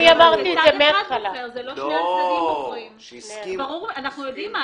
אנחנו מדברים על